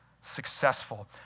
successful